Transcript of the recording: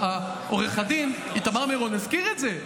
עו"ד איתמר מירון הזכיר את זה,